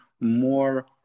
more